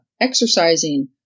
exercising